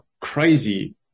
crazy